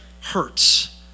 hurts